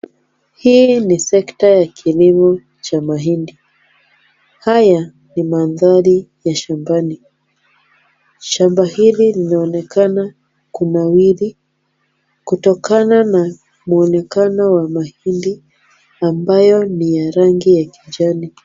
Hii ni sekta ya kilimo cha mahindi. Haya ni mandhari ya shambani. Shamba hili linaonekana kunawiri kutokana na muonekano wa mahindi ambayo ni ya rangi ya kijani.